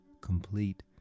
complete